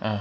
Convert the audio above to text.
ah